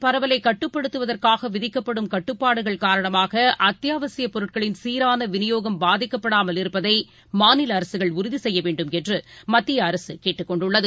பரவலைகட்டுப்படுத்துவதற்காகவிதிக்கப்படும் இந்தநோய்த் தொற்றப் கட்டுப்பாடுகள் காரணமாகஅத்தியாவசியப் பொருட்களின் சீரானவிநியோகம் பாதிக்கப்படாமல் இருப்பதைமாநிலஅரசுகள் உறுதிசெய்யவேண்டும் என்றுமத்தியஅரசுகேட்டுக் கொண்டுள்ளது